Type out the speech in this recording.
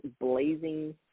blazing